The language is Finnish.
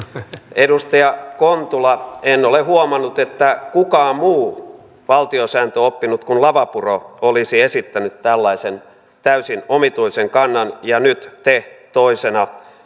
edustaja kontula en ole huomannut että kukaan muu valtiosääntöoppinut kuin lavapuro olisi esittänyt tällaisen täysin omituisen kannan ja nyt te toisena